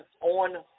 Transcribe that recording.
on